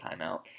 timeout